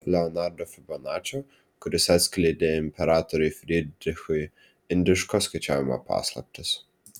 leonardo fibonačio kuris atskleidė imperatoriui frydrichui indiško skaičiavimo paslaptis